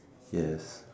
yes